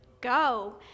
go